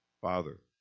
Father